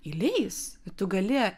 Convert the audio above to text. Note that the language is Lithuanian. įleis tu gali